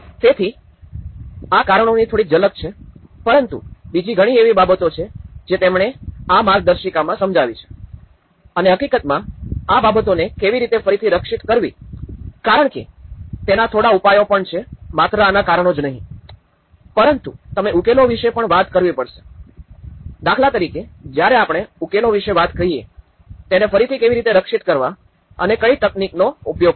તેથી આ કારણોની થોડી ઝલક છે પરંતુ બીજી ઘણી એવી બાબતો છે જે તેમણે આ માર્ગદર્શિકામાં સમજાવી છે અને હકીકતમાં આ બાબતોને કેવી રીતે ફરીથી રક્ષિત કરવી કારણ કે તેના થોડા ઉપાયો પણ છે માત્ર આના કારણો જ નહિ પરંતુ તમારે ઉકેલો વિષે પણ વાત કરવી પડશે દાખલા તરીકે જ્યારે આપણે ઉકેલો વિશે કહીએ તેને ફરીથી કેવી રીતે રક્ષિત કરવા અને કઈ તકનીકોનો ઉપયોગ કરી શકાય